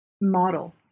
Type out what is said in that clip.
model